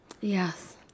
Yes